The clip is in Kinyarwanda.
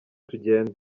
tugende